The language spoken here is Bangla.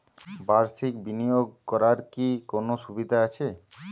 বাষির্ক বিনিয়োগ করার কি কোনো সুবিধা আছে?